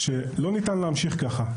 שלא ניתן להמשיך ככה.